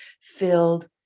filled